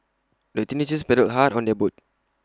the teenagers paddled hard on their boat